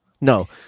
No